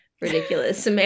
ridiculous